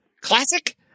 Classic